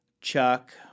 Chuck